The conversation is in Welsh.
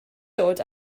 dod